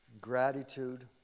gratitude